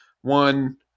One